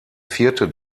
vierte